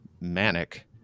manic